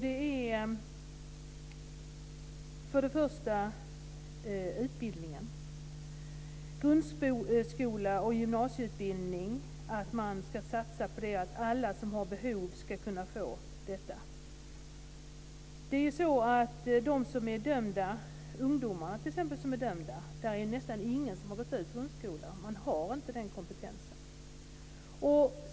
Det gäller utbildningen och att man ska satsa på grundskola och gymnasieutbildning. Alla som har behov ska kunna få utbildning. Av de ungdomar som är dömda är det nästan ingen som har gått ut grundskolan. Man har inte den kompetensen.